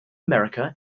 america